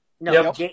No